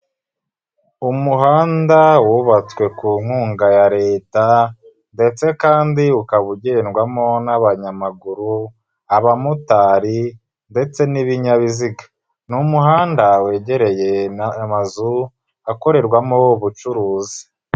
Umuhanda wubatswe ku nkunga ya Leta ndetse kandi ukaba ugendwamo n'abanyamaguru, abamotari ndetse n'ibinyabiziga. Ni umuhanda wegereye amazu, akorerwamo ubucuruzi.